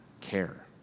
care